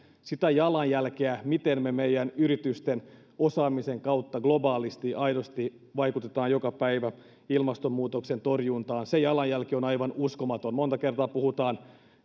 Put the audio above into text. sitä jalanjälkeä miten me meidän yritystemme osaamisen kautta globaalisti aidosti vaikutamme joka päivä ilmastonmuutoksen torjuntaan se jalanjälki on aivan uskomaton monta kertaa puhutaan